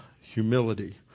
humility